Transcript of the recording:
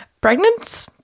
Pregnant